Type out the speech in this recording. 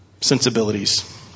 sensibilities